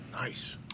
nice